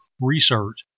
research